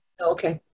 Okay